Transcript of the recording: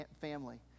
family